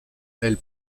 elle